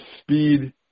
speed